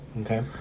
okay